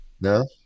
no